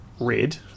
red